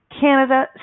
Canada